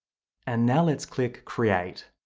and now let's click create.